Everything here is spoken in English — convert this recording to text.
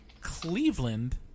Cleveland